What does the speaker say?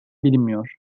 bilinmiyor